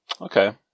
Okay